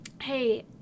hey